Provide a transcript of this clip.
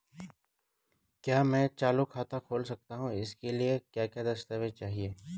क्या मैं चालू खाता खोल सकता हूँ इसके लिए क्या क्या दस्तावेज़ चाहिए?